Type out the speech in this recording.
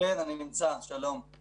ממשרד הבריאות שכרגע אין איזשהו אישיו